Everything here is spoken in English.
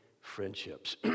friendships